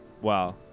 Wow